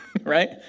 right